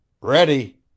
Ready